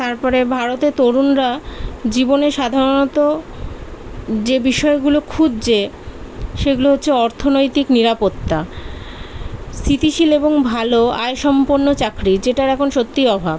তারপরে ভারতে তরুণরা জীবনে সাধারণত যে বিষয়গুলো খুঁজছে সেগুলো হচ্ছে অর্থনৈতিক নিরাপত্তা স্থিতিশীল এবং ভালো আয় সম্পন্ন চাকরি যেটার এখন সত্যিই অভাব